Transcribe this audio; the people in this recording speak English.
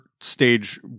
stage